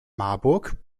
marburg